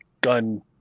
gun